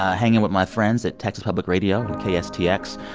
ah hanging with my friends at texas public radio kstx.